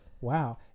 Wow